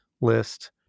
list